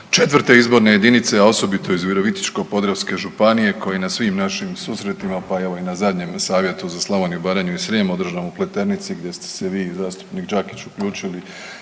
iz 4. izborne jedinice, a osobito iz Virovitičko-podravske županije koji je na svim našim susretima, pa evo i na zadnjem savjetu za Slavoniju, Baranju i Srijem održanom u Pleternici gdje se vi i zastupnik Đakić uključili